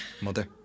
Mother